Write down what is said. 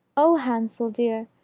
oh, hansel dear,